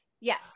Yes